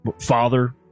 father